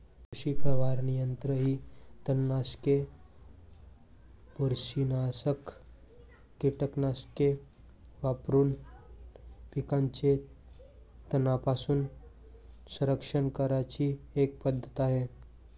कृषी फवारणी यंत्र ही तणनाशके, बुरशीनाशक कीटकनाशके वापरून पिकांचे तणांपासून संरक्षण करण्याची एक पद्धत आहे